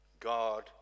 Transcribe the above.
God